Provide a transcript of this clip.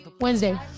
Wednesday